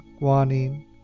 guanine